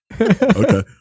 okay